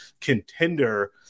contender